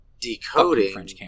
decoding